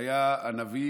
שהיה נביא